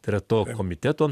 tai yra to komiteto